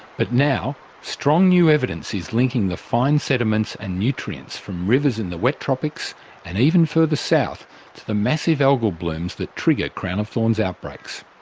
but now strong new evidence is now linking the fine sediments and nutrients from rivers in the wet tropics and even further south to the massive algal blooms that trigger crown of thorns outbreaks.